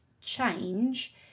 change